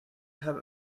have